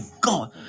God